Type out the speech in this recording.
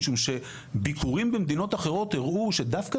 משום שביקורים במדינות אחרות הראו שדווקא